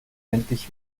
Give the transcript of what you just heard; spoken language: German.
endlich